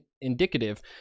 indicative